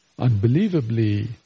unbelievably